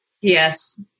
Yes